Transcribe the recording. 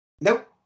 Nope